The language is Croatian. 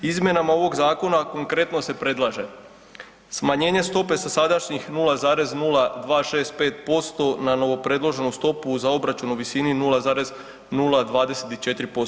Izmjenama ovog Zakona konkretno se predlaže smanjenje stope sa sadašnjih 0,265% na novo predloženu stopu za obračun u visini 0,024%